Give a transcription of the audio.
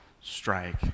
strike